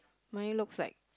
mine looks like